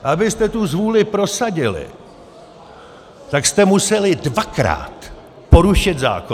Abyste tu zvůli prosadili, tak jste museli dvakrát porušit zákon.